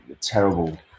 terrible